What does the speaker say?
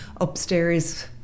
upstairs